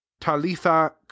talitha